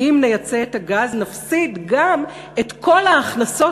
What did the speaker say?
אם נייצא את הגז נפסיד גם את כל ההכנסות